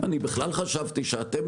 אני בכלל חשבתי שאתם,